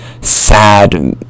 sad